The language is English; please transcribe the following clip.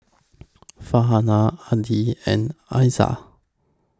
Farhanah Adi and Aizat